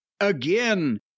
again